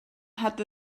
hat